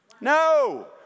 No